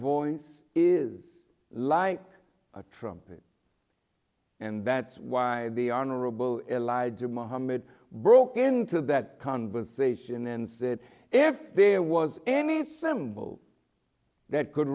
voice is like a trumpet and that's why the honorable elijah mohammed broke into that conversation and said if there was any symbol that could